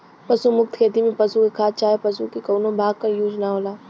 पशु मुक्त खेती में पशु के खाद चाहे पशु के कउनो भाग क यूज ना होला